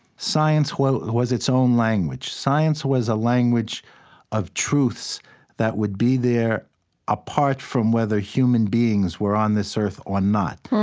science was its own language. science was a language of truths that would be there apart from whether human beings were on this earth or not.